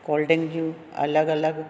cold drink जूं अलॻि अलॻि